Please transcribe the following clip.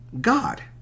God